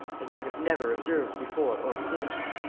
as i have never observed before or since.